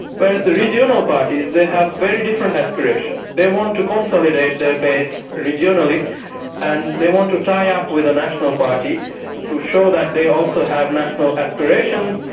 whereas the regional parties, they have very different aspirations. they want to consolidate their base regionally and they want to tie up with a national party to show that they also have national aspirations,